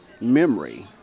memory